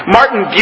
Martin